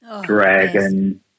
Dragon